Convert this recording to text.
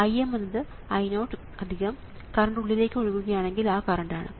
Im എന്നത് I0 current ഉള്ളിലേക്ക് ഒഴുകുകയാണെങ്കിൽ ആ കറണ്ട് ആണ്